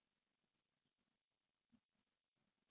ya ya that one is the main right the